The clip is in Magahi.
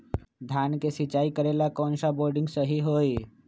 धान के सिचाई करे ला कौन सा बोर्डिंग सही होई?